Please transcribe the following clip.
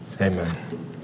Amen